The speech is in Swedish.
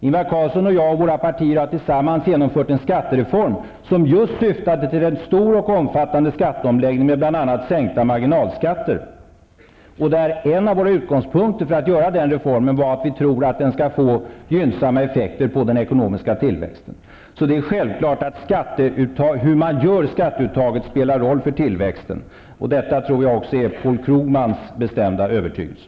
Ingvar Carlsson och jag samt våra partier har tillsammans genomfört en skattereform som syftar just till en omfattande skatteomläggning med bl.a. sänkta marginalskatter. En av utgångspunkterna för genomförandet av den reformen har varit att vi tror att den skall få gynnsamma effekter på den ekonomiska tillväxten. Hur man gör skatteuttaget spelar självfallet en roll för tillväxten. Jag tror att det också är Paul Krugmans bestämda övertygelse.